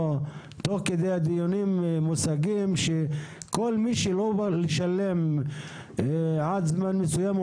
תוך כדי הדיונים נאמרו פה מושגים לפיהם כל מי שלא בא לשלם עד זמן מסוים,